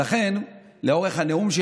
אבל השאלה הנשאלת: